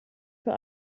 für